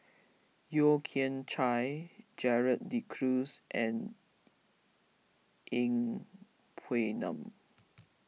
Yeo Kian Chye Gerald De Cruz and Yeng Pway Ngon